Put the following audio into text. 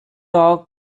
rock